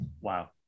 Wow